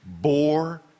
bore